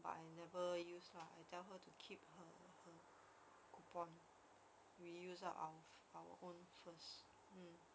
but I never use lah I tell her to keep her coupon we use up out own first mm